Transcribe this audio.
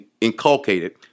inculcated